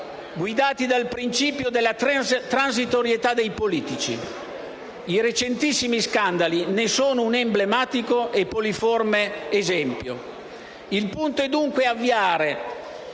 guidati dal principio della transitorietà dei politici. I recentissimi scandali ne sono un emblematico e poliforme esempio. Il punto è dunque quello